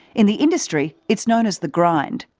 in the industry it's known as the grind.